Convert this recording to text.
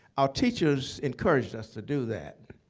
our teachers encouraged us to do that.